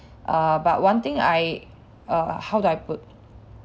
err but one thing I err how do I put